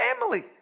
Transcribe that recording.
family